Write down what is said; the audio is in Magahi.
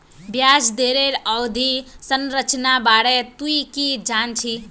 ब्याज दरेर अवधि संरचनार बारे तुइ की जान छि